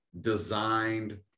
designed